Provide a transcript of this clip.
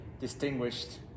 distinguished